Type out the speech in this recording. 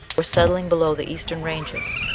were settling below the eastern ranges,